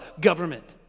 government